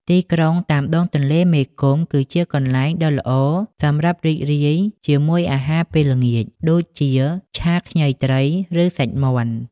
ទីក្រុងតាមដងទន្លេមេគង្គ គឺជាកន្លែងដ៏ល្អសម្រាប់រីករាយជាមួយអាហារពេលល្ងាច ដូចជាឆាខ្ញីត្រី ឬសាច់មាន់។